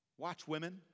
watchwomen